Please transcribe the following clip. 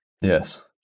Yes